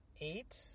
eight